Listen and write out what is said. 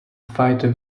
fighter